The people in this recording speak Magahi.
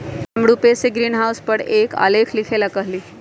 हम रूपेश से ग्रीनहाउस पर एक आलेख लिखेला कहली